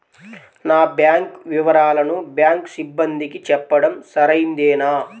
నా బ్యాంకు వివరాలను బ్యాంకు సిబ్బందికి చెప్పడం సరైందేనా?